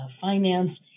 finance